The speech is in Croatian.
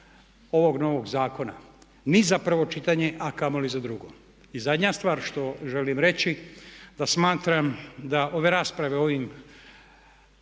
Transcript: ovog novog zakona ni za prvo čitanje a kamoli za drugo. I zadnja stvar što želim reći da smatram da ove rasprave o ovim